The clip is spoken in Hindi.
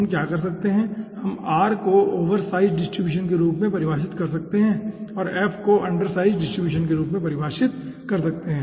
तो हम क्या कर सकते हैं हम R को ओवरसाइज डिस्ट्रीब्यूशन के रूप में परिभाषित कर सकते हैं और F को अंडरसाइज डिस्ट्रीब्यूशन के रूप में परिभाषित कर सकते हैं